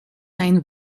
ein